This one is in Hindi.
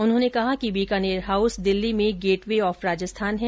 उन्होंने कहा कि बीकानेर हाउस दिल्ली में गेट वे ऑफ राजस्थान है